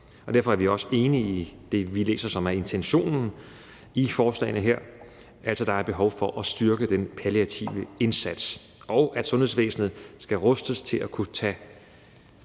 derfor er vi også enige i det, som vi læser som intentionen i forslagene her, altså at der er behov for at styrke den palliative indsats, og at sundhedsvæsenet skal rustes til at kunne tage